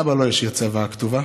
אבא לא השאיר צוואה כתובה,